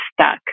stuck